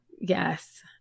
Yes